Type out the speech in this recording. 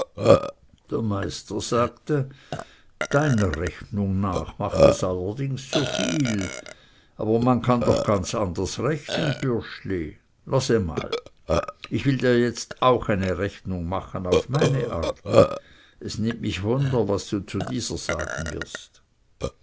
der meister sagte deiner rechnung nach macht es allerdings so viel aber man kann noch ganz anders rechnen bürschli los einmal ich will dir jetzt auch eine rechnung machen auf meine art es nimmt mich wunder was du zu dieser sagen wirst